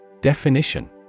Definition